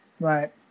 Right